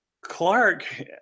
Clark